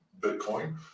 Bitcoin